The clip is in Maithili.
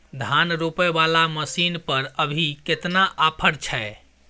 धान रोपय वाला मसीन पर अभी केतना ऑफर छै?